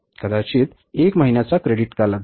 कदाचित 1 महिन्याचा क्रेडिट कालावधी